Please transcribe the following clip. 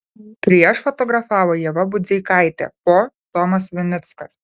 prieš fotografavo ieva budzeikaitė po tomas vinickas